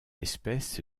espèce